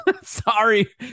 Sorry